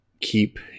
keep